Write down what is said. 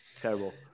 Terrible